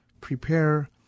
prepare